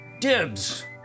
Dibs